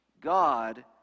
God